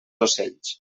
ocells